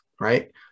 right